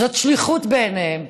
שזאת שליחות בעיניהן,